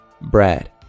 Brad